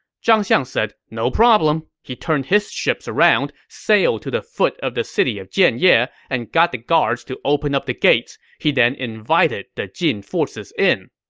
zhang xiang said no problem. he turned his ships around, sailed to the foot of the city of jianye, and got the guards to open up the gates. he then invited the jin forces in.